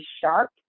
sharp